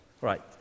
right